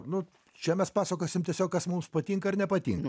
nu čia mes pasakosim tiesiog kas mums patinka ar nepatinka